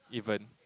even